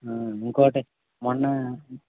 ఇంకోటి మొన్న